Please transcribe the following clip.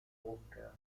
búsqueda